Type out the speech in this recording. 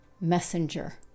messenger